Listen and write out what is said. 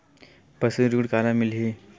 पशु ऋण काला मिलही?